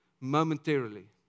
momentarily